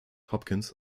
hopkins